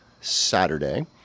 Saturday